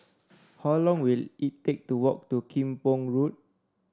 how long will it take to walk to Kim Pong Road